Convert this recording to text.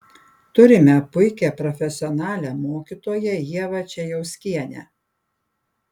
turime puikią profesionalią mokytoją ievą čejauskienę